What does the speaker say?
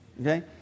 Okay